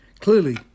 Clearly